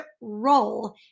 role